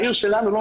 בעיר שלנו.